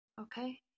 Okay